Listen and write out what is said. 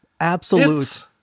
absolute